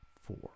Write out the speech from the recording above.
four